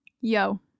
Yo